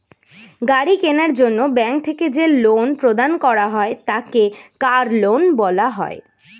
গাড়ি কেনার জন্য ব্যাঙ্ক থেকে যে লোন প্রদান করা হয় তাকে কার লোন বলা হয়